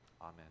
Amen